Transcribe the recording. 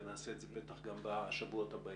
ונעשה את זה בטח גם בשבועות הבאים.